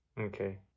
Okay